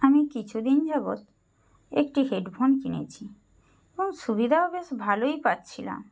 আমি কিছুদিন যাবৎ একটি হেডফোন কিনেছি এবং সুবিধাও বেশ ভালোই পাচ্ছিলাম